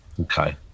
okay